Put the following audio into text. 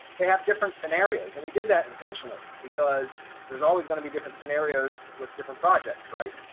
they have different scenarios. and we did that intentionally because there's always going to be different scenarios with different projects, right.